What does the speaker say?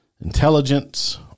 intelligence